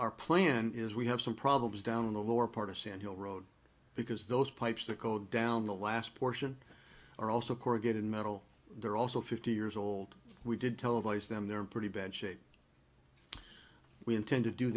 our plan is we have some problems down in the lower part of sand hill road because those pipes the coal down the last portion are also corrugated metal they're also fifty years old we did televise them they're in pretty bad shape we intend to do